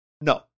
No